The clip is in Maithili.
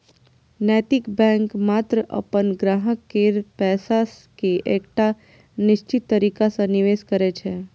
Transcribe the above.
नैतिक बैंक मात्र अपन ग्राहक केर पैसा कें एकटा निश्चित तरीका सं निवेश करै छै